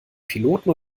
piloten